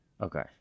Okay